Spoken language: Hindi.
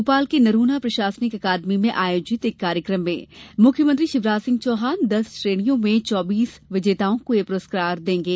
भोपाल के नरोन्हा प्रशासनिक अकादमी में आयोजित एक कार्यक्रम में मुख्यमंत्री शिवराज सिंह चौहान दस श्रेणियों में चौबीस विजेताओं को ये प्रस्कार देंगे